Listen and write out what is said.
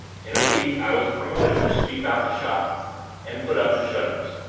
in a week i was promoted to sweep out the shop and put up the shutters.